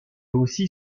aussi